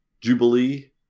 jubilee